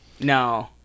No